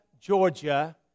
Georgia